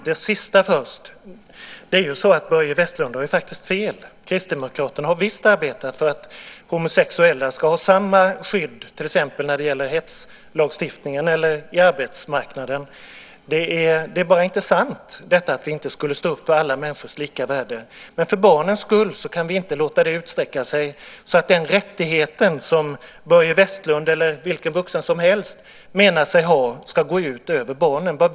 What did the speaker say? Herr talman! Det sista först: Börje Vestlund har faktiskt fel. Kristdemokraterna har visst arbetat för att homosexuella ska ha samma skydd till exempel när det gäller hetslagstiftningen eller på arbetsmarknaden. Det är inte sant att vi inte skulle stå upp för alla människors lika värde. Men för barnens skull kan vi inte låta det utsträcka sig till att den rätt som Börje Vestlund eller vilken vuxen som helst anser sig ha ska gå ut över barnen.